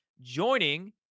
Joining